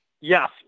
Yes